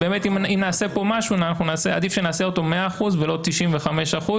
אם נעשה פה משהו, עדיף שנעשה אותו ב-100% ולא 95%,